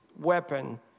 weapon